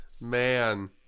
man